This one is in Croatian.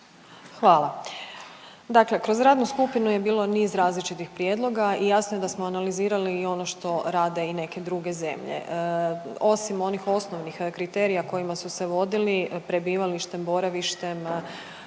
Hvala. Dakle kroz radnu skupinu je bilo niz različitih prijedloga i jasno je da smo analizirali i ono što rade i neke druge zemlje. Osim onih osnovnih kriterija kojima su se vodili, prebivalištem, boravištem,